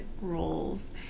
roles